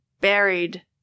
buried